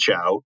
out